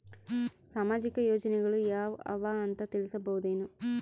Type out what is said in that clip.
ಸಾಮಾಜಿಕ ಯೋಜನೆಗಳು ಯಾವ ಅವ ಅಂತ ತಿಳಸಬಹುದೇನು?